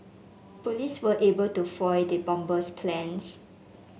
police were able to foil the bomber's plans